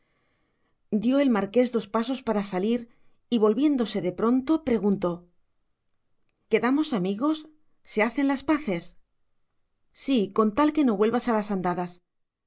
dio el marqués dos pasos para salir y volviéndose de pronto preguntó quedamos amigos se hacen las paces sí con tal que no vuelvas a las